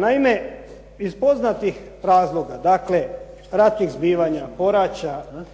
Naime, iz poznatih razloga, dakle ratnih zbivanja, poraća,